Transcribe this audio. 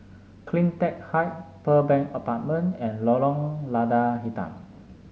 CleanTech Height Pearl Bank Apartment and Lorong Lada Hitam